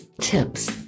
tips